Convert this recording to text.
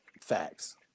Facts